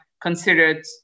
considered